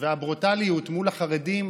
והברוטליות מול החרדים,